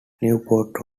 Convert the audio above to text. newport